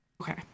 Okay